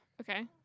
okay